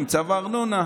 עם צו הארנונה,